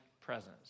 presence